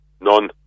none